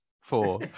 four